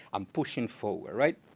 um pushing forward, right?